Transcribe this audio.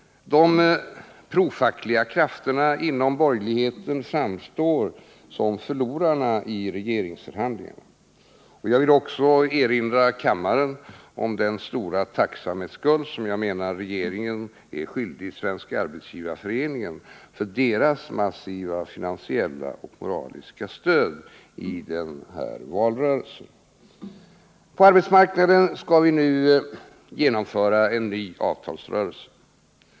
De ”pro-fackliga krafterna” inom borgerligheten framstår som förlorarna i regeringsförhandlingarna. Jag vill också erinra kammaren om den stora tacksamhetsskuld som regeringen är skyldig Svenska arbetsgivareföreningen för dess massiva finansiella och moraliska stöd i denna valrörelse. På arbetsmarknaden skall vi nu genomföra en ny avtalsrörelse.